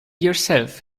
yourself